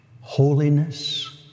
holiness